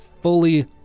fully